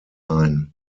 ein